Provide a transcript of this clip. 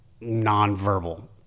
nonverbal